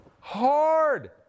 hard